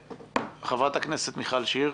חברת הכנסת מיכל שיר,